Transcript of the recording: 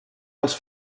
els